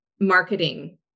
marketing